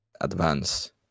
advance